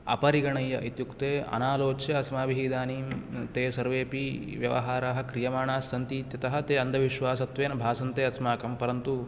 आपरिगणय्यः इत्युक्ते अनालोच्य अस्माभिः इदानीं ते सर्वेऽपि व्यवहारः क्रियमाणस्सन्ति ततः ते अन्धविश्वासत्वेन भासन्ते अस्माकं परन्तु